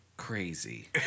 crazy